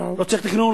לא צריך תכנון,